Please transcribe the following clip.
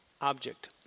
object